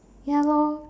ya lor